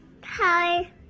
Hi